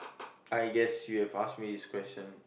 I guess you have asked me this question